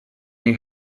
mynd